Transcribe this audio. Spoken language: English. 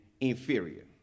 inferior